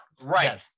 right